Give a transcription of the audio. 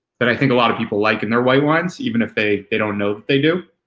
that i think a lot of people like in their white wines, even if they they don't know that they do.